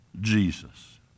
Jesus